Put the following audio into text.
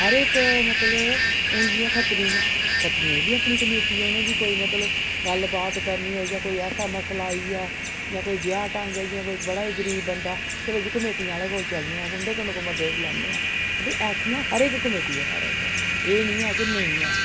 हर इक मतलब हुन जि'यां खत्तरी न खत्तरियें दी बी अपनी कमेटी ऐ उ'नें बी कोई मतलब गल्ल बात करनी होऐ जां कोई ऐसा मसला आई गेआ जां कोई ब्याह् ढंग ऐ जि'यां कोई बड़ा गै गरीब बदां ऐ चलो जी कमेटी आह्ले कोल चलने आं उं'दे कोल कोई मदद लैन्ने आं मतलब ऐसियां हर इक कमेटी ऐ साढ़ै इत्थै एह् निं ऐ कि निं ऐ